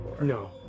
No